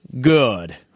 Good